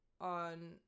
on